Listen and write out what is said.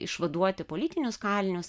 išvaduoti politinius kalinius